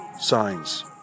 signs